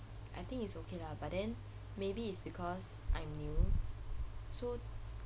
I think it's okay lah but then maybe it's because I'm new so